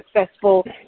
successful